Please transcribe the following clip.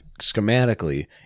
schematically